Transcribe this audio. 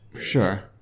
sure